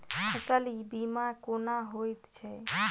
फसल बीमा कोना होइत छै?